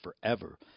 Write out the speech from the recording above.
forever